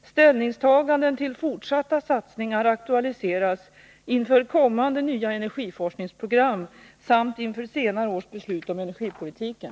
Ställningstaganden till fortsatta satsningar aktualiseras inför kommande nya energiforskningsprogram samt inför senare års beslut om energipolitiken.